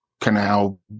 Canal